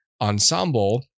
ensemble